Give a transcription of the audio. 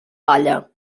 palla